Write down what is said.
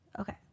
Okay